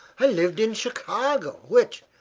i lived in chicago, which,